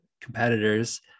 competitors